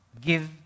give